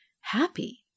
happy